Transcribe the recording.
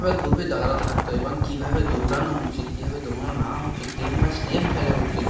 এবার গ্রুপে দাদারা থাকত এবং কীভাবে দৌড়ানো উচিত কীভাবে দৌড়ানো না উচিত কীরকম ভাবে স্টেপ ফেলা উচিত